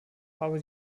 habe